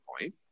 point